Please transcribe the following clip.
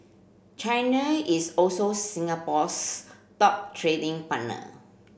China is also Singapore's top trading partner